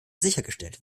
sichergestellt